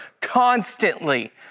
constantly